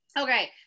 okay